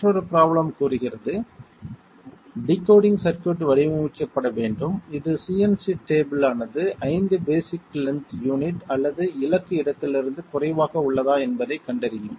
மற்றொரு ப்ரோப்லேம் கூறுகிறது decoding circuit வடிவமைக்கப்பட வேண்டும் இது CNC டேபிள் மனது 5 பேஸிக் லென்த் யூனிட் அல்லது இலக்கு இடத்திலிருந்து குறைவாக உள்ளதா என்பதைக் கண்டறியும்